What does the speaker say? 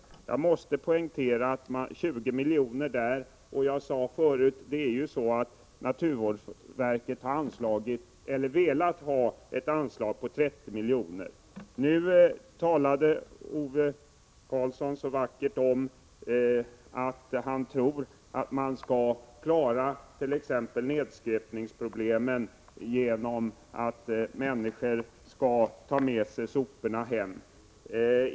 Till denna skötsel föreslås 20 miljoner, medan naturvårdsverket har äskat 30 milj.kr. Nu talade Ove Karlsson så vackert om att nedskräpningsproblemen skall klaras genom att människor tar med sig soporna hem.